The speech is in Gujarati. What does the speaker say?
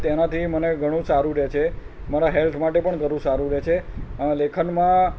તેનાંથી મને ઘણુ સારું રહે છે મારાં હેલ્થ માટે પણ ઘણું સારું રહે છે લેખનમાં